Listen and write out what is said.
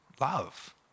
love